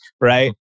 right